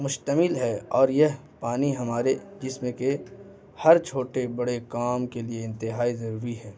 مشتمل ہے اور یہ پانی ہمارے جسم کے ہر چھوٹے بڑے کام کے لیے انتہائی ضروری ہے